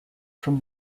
from